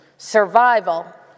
survival